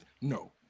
no